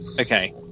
Okay